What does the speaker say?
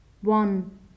one